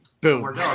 boom